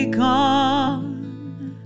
gone